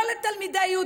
לא לתלמידי י',